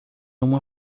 uma